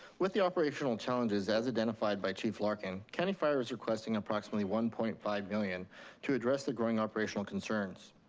with the operational challenges, as identified by chief larkin, county fire is requesting approximately one point five million to address the growing operational concerns.